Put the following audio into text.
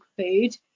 food